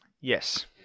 Yes